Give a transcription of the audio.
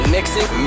Mixing